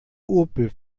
opel